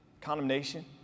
condemnation